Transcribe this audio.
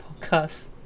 podcast